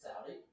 Saudi